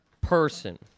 person